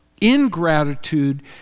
Ingratitude